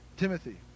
Timothy